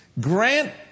grant